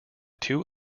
two